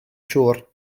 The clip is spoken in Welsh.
siŵr